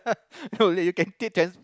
no leh you can